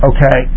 Okay